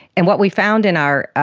and what we found in our